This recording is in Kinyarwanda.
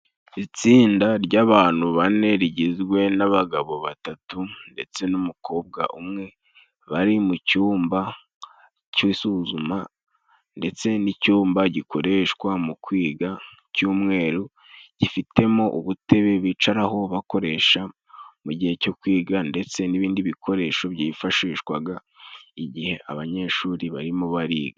Itsinda ry'abantu bane rigizwe n'abagabo batatu ndetse n'umukobwa umwe. Bari mu cyumba cy'isuzuma ndetse n'icyumba gikoreshwa mu kwiga cy'umweru, gifitemo ubutebe bicaraho, bakoresha mu gihe cyo kwiga. Ndetse n'ibindi bikoresho byifashishwa igihe abanyeshuri barimo bariga.